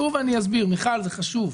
מיכל, זה חשוב.